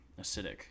acidic